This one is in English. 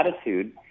attitude –